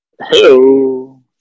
Hello